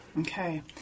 Okay